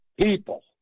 people